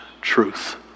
truth